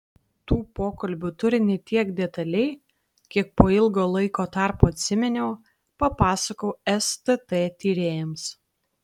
tų pokalbių turinį tiek detaliai kiek po ilgo laiko tarpo atsiminiau papasakojau stt tyrėjams